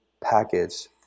package